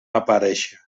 aparèixer